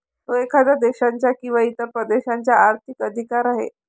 तो एखाद्या देशाचा किंवा इतर प्रदेशाचा आर्थिक अधिकार आहे